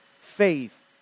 faith